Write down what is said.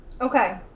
okay